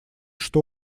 что